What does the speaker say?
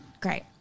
Great